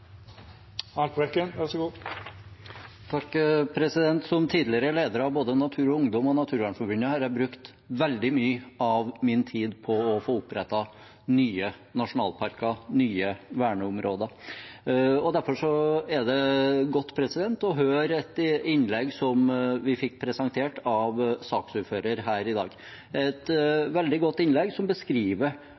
Som tidligere leder av både Natur og Ungdom og Naturvernforbundet har jeg brukt veldig mye av min tid på å få opprettet nye nasjonalparker, nye verneområder. Derfor er det godt å høre et innlegg som det vi fikk presentert av saksordføreren her i dag – et veldig godt innlegg,